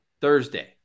Thursday